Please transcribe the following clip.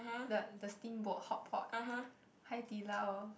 the the steamboat hotpot Hai-Di-Lao